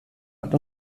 hat